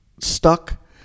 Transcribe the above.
stuck